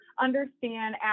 understand